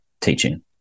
teaching